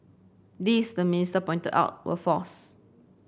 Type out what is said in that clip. these the minister pointed out were false